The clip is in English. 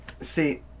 See